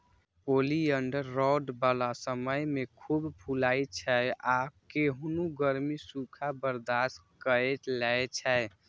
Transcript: oleander रौद बला समय मे खूब फुलाइ छै आ केहनो गर्मी, सूखा बर्दाश्त कए लै छै